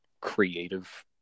creative